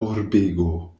urbego